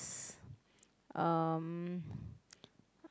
um